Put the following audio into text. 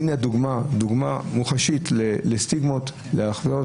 זאת דוגמה מוחשית להדביק